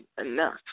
enough